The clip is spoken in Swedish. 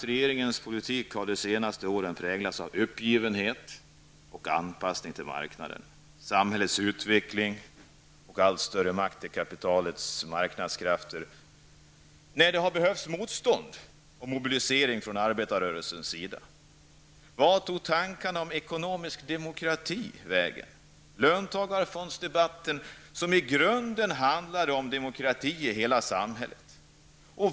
Regeringens politik har de senaste åren som sagt präglats av uppgivenhet och anpassning till marknaden, till samhällsutvecklingen och till en allt större makt till kapitalets marknadskrafter. I stället hade det behövts ett större motstånd och en mobilisering från arbetarrörelsen. Vart tog tankarna om ekonomisk demokrati vägen? Löntagarfondsdebatten handlade ju i grunden om demokrati i hela samhället.